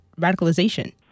radicalization